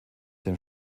dem